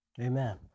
Amen